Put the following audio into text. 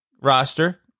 roster